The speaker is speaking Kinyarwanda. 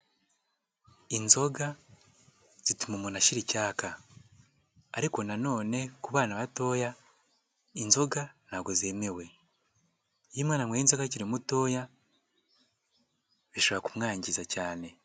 Inzoga zituma umuntu ashirara icyaka ariko nanone ku bana batoya inzoga ntabwo zemewe iyo umwana anyweye inzoga akiri mutoya bishobora kumwangiza cyane.